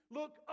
look